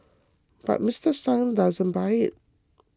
but Mister Sung doesn't buy it